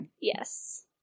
Yes